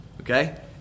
okay